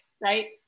right